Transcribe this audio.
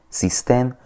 systém